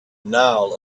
nile